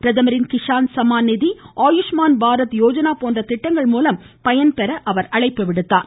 பிரதமரின் கிஷான் சம்மான் நிதி ஆயுஷ்மான் பாரத் யோஜ்னா போன்ற திட்டங்கள் மூலம் பயன்பெற அவர் அழைப்பு விடுத்தார்